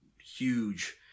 huge